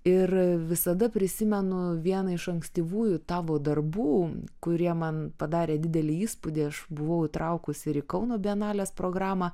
ir visada prisimenu vieną iš ankstyvųjų tavo darbų kurie man padarė didelį įspūdį aš buvau įtraukusi ir į kauno bienalės programą